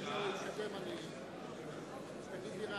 אני מכריז על זה